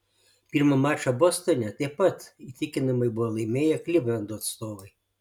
pirmą mačą bostone taip pat įtikinamai buvo laimėję klivlando atstovai